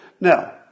Now